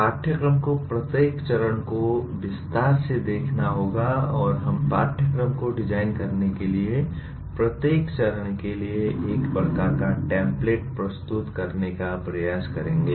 पाठ्यक्रम को प्रत्येक चरण को विस्तार से देखना होगा और हम पाठ्यक्रम को डिजाइन करने के लिए प्रत्येक चरण के लिए एक प्रकार का टेम्पलेट प्रस्तुत करने का प्रयास करेंगे